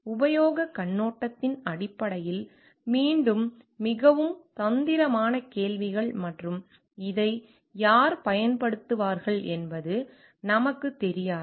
உபயோகக் கண்ணோட்டத்தின் அடிப்படையில் மீண்டும் மிகவும் தந்திரமான கேள்விகள் மற்றும் இதை யார் பயன்படுத்துவார்கள் என்பது நமக்கு தெரியாது